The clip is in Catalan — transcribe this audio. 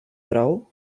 prou